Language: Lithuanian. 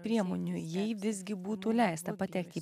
priemonių jei visgi būtų leista patekti